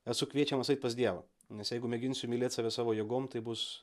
esu kviečiamas eit pas dievą nes jeigu mėginsiu mylėt save savo jėgom tai bus